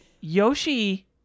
Yoshi